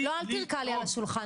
אל תרקע על השולחן.